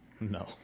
No